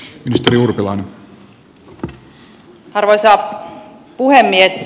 arvoisa puhemies